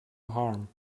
harm